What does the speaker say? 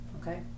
okay